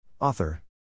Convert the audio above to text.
Author